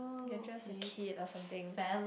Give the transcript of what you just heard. you are just a kid or something